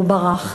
והוא ברח.